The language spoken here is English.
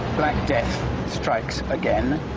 black death strikes again,